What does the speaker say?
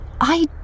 I